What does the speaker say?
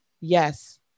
yes